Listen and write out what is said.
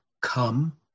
come